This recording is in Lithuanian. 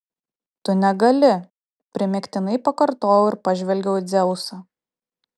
tu negali primygtinai pakartojau ir pažvelgiau į dzeusą